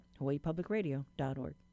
hawaiipublicradio.org